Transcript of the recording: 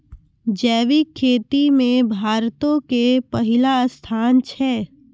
जैविक खेती मे भारतो के पहिला स्थान छै